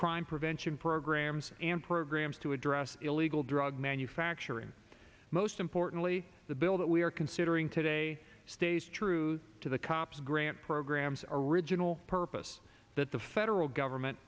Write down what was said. crime prevention programs and programs to address illegal drug manufacturing most importantly the bill that we are considering today stays true to the cops grant programs original purpose that the federal government